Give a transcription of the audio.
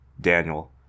Daniel